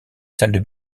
salles